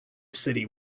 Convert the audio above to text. city